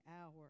hour